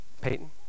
Peyton